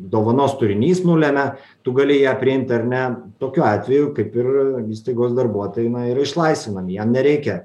dovanos turinys nulemia tu gali ją priimti ar ne tokiu atveju kaip ir įstaigos darbuotojai na ir išlaisvinami jiem nereikia